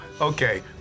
okay